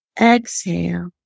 exhale